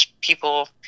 people